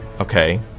okay